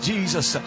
Jesus